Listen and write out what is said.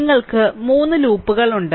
നിങ്ങൾക്ക് 3 ലൂപ്പുകൾ ഉണ്ട്